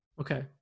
Okay